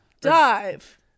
Dive